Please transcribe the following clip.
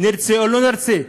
נרצה או לא נרצה,